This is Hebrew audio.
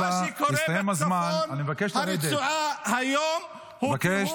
מה שקורה בצפון הרצועה היום -- תודה רבה,